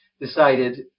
decided